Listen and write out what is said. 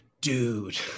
dude